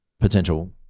potential